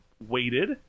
waited